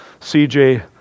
CJ